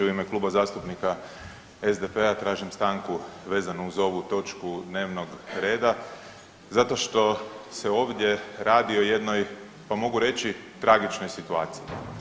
U ime Kluba zastupnika SDP-a tražim stanku vezanu uz ovu točku dnevnog reda zato što se ovdje radi o jednoj pa mogu reći tragičnoj situaciji.